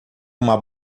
uma